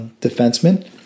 defenseman